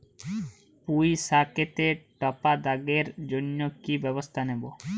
পুই শাকেতে টপা দাগের জন্য কি ব্যবস্থা নেব?